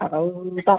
ହଉ ତ